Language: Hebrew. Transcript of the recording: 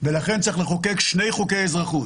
ולכן צריך לחוקק שני חוקי אזרחות